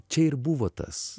čia ir buvo tas